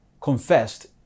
confessed